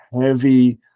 heavy